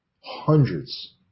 hundreds